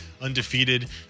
undefeated